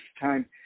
time